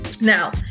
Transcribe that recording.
Now